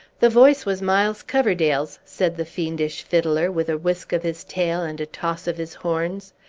the voice was miles coverdale's, said the fiendish fiddler, with a whisk of his tail and a toss of his horns.